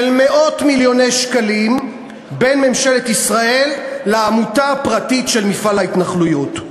מאות מיליוני שקלים בין ממשלת ישראל לעמותה פרטית של מפעל ההתנחלויות.